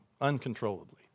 uncontrollably